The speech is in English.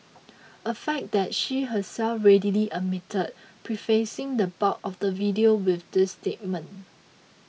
a fact that she herself readily admitted prefacing the bulk of the video with this statement